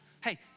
Hey